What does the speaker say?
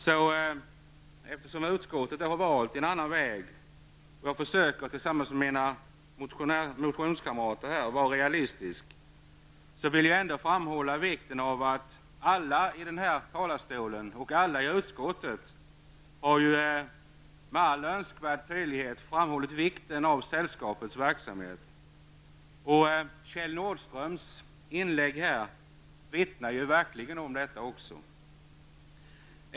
Men eftersom utskottet har valt en annan väg försöker jag tillsammans med mina motionskamrater att vara realistisk. Jag vill ändå påpeka att alla som har gått upp i talarstolen och alla i utskottet med all önskvärd tydlighet har framhållit vikten av sällskapets verksamhet. Kjell Nordströms inlägg vittnar verkligen också om detta.